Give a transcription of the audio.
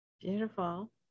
Beautiful